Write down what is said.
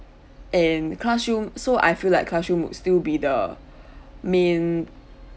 and classroom so I feel like classroom would still be the main